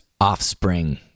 offspring